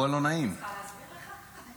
הרצי הלוי --- הרצי הלוי